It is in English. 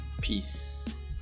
Peace